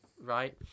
right